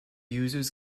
users